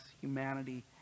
humanity